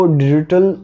digital